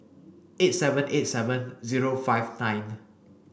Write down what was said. eight seven eight seven zero five nine